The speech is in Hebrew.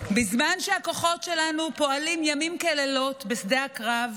בזמן שהכוחות שלנו פועלים ימים כלילות בשדה הקרב,